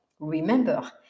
Remember